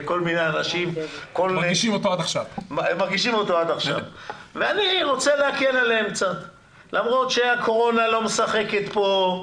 אני רוצה קצת להקל עליהם למרות שהקורונה לא משחקת כאן.